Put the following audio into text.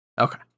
Okay